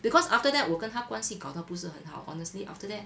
because after that 我跟她关系搞到不是很好 honestly after that